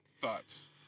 thoughts